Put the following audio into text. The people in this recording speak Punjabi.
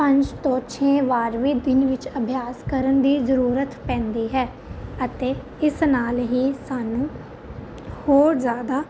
ਪੰਜ ਤੋਂ ਛੇ ਬਾਰ ਵੀ ਦਿਨ ਵਿੱਚ ਅਭਿਆਸ ਕਰਨ ਦੀ ਜ਼ਰੂਰਤ ਪੈਂਦੀ ਹੈ ਅਤੇ ਇਸ ਨਾਲ ਹੀ ਸਾਨੂੰ ਹੋਰ ਜ਼ਿਆਦਾ